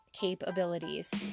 capabilities